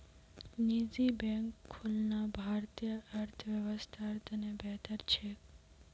निजी बैंक खुलना भारतीय अर्थव्यवस्थार त न बेहतर छेक